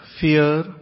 fear